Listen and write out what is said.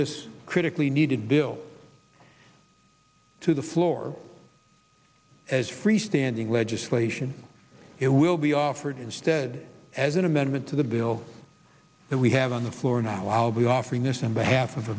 this critically needed bill to the floor as freestanding legislation it will be offered instead as an amendment to the bill that we have on the floor now